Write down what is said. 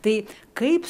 tai kaip